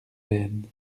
veines